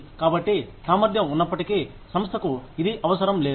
కాబట్టి సామర్థ్యం ఉన్నప్పటికీ సంస్థకు ఇది అవసరం లేదు